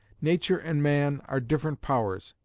nature and man are different powers,